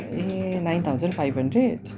A nine thousand five hundred